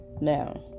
Now